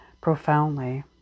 profoundly